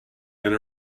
and